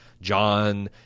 John